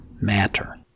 matter